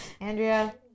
Andrea